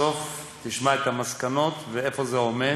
בסוף תשמע את המסקנות ואיפה זה עומד.